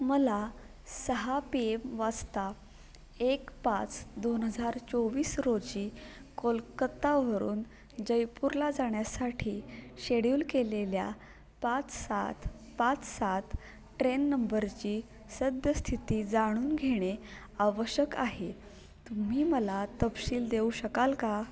मला सहा P M वाजता एक पाच दोन हजार चोवीस रोजी कोलकत्तावरून जयपूरला जाण्यासाठी शेड्यूल केलेल्या पाच सात पाच सात ट्रेन नंबरची सद्यस्थिती जाणून घेणे आवश्यक आहे तुम्ही मला तपशील देऊ शकाल का